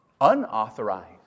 unauthorized